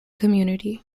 community